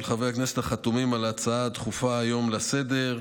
חברי הכנסת החתומים על ההצעה הדחופה לסדר-היום,